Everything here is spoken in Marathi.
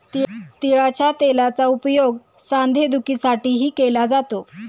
तिळाच्या तेलाचा उपयोग सांधेदुखीसाठीही केला जातो